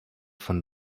von